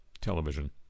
television